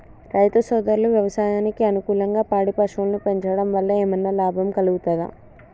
రైతు సోదరులు వ్యవసాయానికి అనుకూలంగా పాడి పశువులను పెంచడం వల్ల ఏమన్నా లాభం కలుగుతదా?